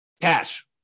cash